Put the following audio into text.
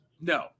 No